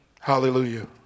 Hallelujah